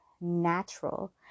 natural